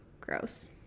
gross